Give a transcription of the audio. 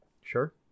Sure